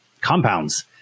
compounds